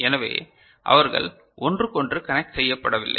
எனவே அவர்கள் ஒன்றுக்கொன்று கனெக்ட் செய்யப்படவில்லை